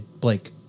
Blake